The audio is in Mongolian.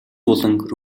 буланг